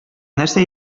нәрсә